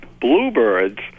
bluebirds